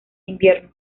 invierno